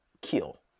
kill